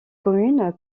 commune